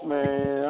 Man